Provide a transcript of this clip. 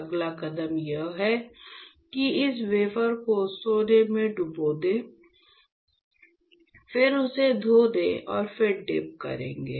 अगला कदम यह है कि इस वेफर को सोने में डुबो दे फिर उसे धो दे और फिर डीप करेंगे